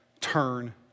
Turn